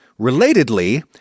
Relatedly